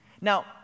Now